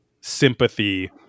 sympathy